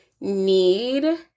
need –